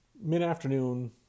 mid-afternoon